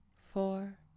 four